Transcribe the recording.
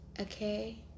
okay